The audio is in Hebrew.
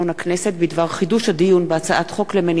בדבר חידוש הדיון בהצעת חוק למניעת אלימות